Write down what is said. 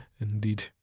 Indeed